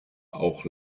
auch